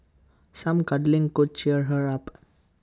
some cuddling could cheer her up